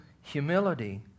humility